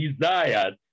desires